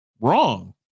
wrong